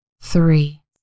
three